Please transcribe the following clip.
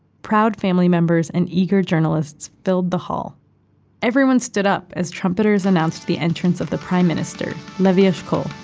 proud family members and eager journalists filled the hall everyone stood up as trumpeters announced the entrance of the prime minister, levi eshkol,